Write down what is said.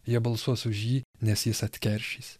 jie balsuos už jį nes jis atkeršys